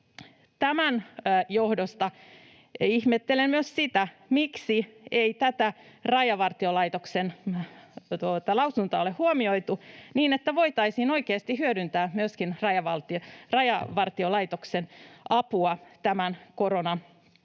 Tämän johdosta ihmettelen myös sitä, miksi ei tätä Rajavartiolaitoksen lausuntoa ole huomioitu, niin että voitaisiin oikeasti hyödyntää myöskin Rajavartiolaitoksen apua tämän